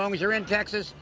long as you are in texas,